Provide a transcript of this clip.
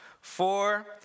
four